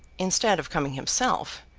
instead of coming himself,